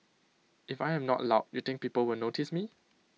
if I am not loud you think people will notice me